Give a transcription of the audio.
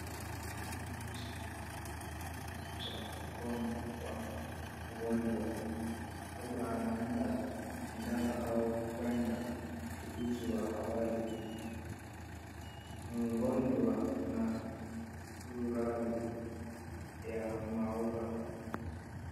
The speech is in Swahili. Muuguzi anauguza mkono wa mgonjwa, labda anaandaa sindano au kufanya uchunguzi wa awali, mgonjwa ana suruali ya maua.